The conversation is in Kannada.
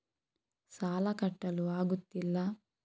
ಸಾಲ ಕಟ್ಟಲು ಆಗುತ್ತಿಲ್ಲ